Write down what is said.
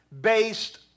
based